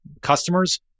customers